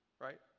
right